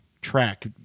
track